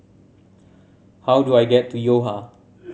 how do I get to Yo Ha